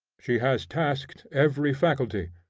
she has tasked every faculty,